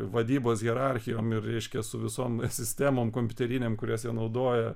vadybos hierarchijom ir reiškia su visom sistemom kompiuterinėm kurias jie naudoja